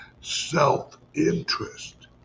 self-interest